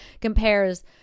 compares